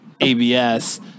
ABS